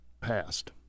passed